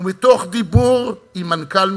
ומתוך דיבור עם מנכ"ל משרדך,